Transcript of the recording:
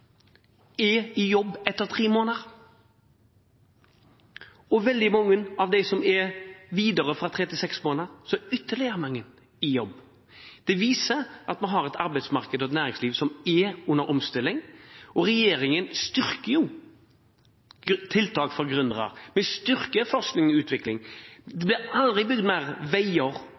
er i jobb etter tre måneder. Og av dem som er arbeidsledige i tre–seks måneder, er ytterligere flere i jobb. Det viser at vi har et arbeidsmarked og et næringsliv som er under omstilling. Regjeringen styrker tiltak for gründere, og vi styrker forskning og utvikling.